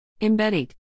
Embedded